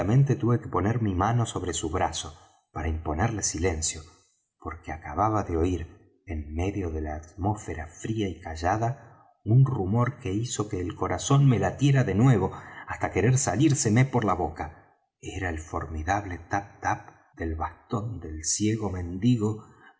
súbitamente tuve que poner mi mano sobre su brazo para imponerle silencio porque acababa de oir enmedio de la atmósfera fría y callada un rumor que hizo que el corazón me latiera de nuevo hasta querer salírseme por la boca era el formidable tap tap del bastón del ciego mendigo